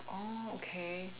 oh okay